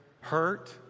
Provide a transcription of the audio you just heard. hurt